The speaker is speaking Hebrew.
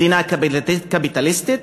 מדינה קפיטליסטית,